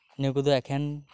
ᱱᱚᱶᱟ ᱠᱚᱫᱚ ᱮᱠᱷᱮᱱ